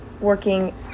working